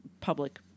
public